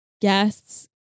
guests